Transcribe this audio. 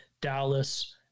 Dallas